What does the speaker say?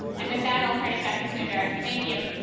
and with that i'll turn it back to sundar. thank you.